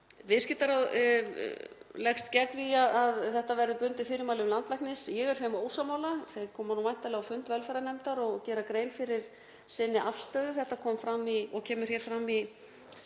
Viðskiptaráð leggst gegn því að þetta verði bundið fyrirmælum landlæknis. Ég er þeim ósammála. Þeir koma nú væntanlega á fund velferðarnefndar og gera grein fyrir sinni afstöðu. Þetta kemur hér fram í